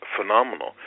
phenomenal